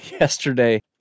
yesterday